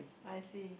I see